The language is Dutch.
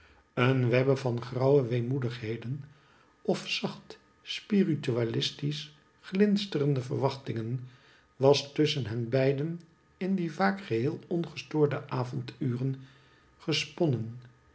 een webbe van grauwe weemoedigheden of zacht spiritualistiesch glinsterende verwachtingen was tusschen hen beiden in die vaak geheel ongestoorde avonduren gesponnen